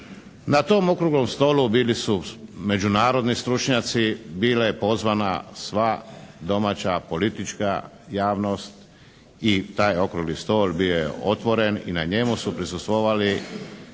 Na tom okruglom stolu bili su međunarodni stručnjaci, bila je pozvana sva domaća politička javnost i taj okrugli stol bio je otvoren i na njemu su prisustvovali,